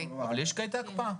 אבל יש כעת הקפאה.